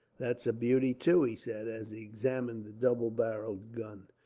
that's a beauty, too, he said, as he examined the double-barrelled gun.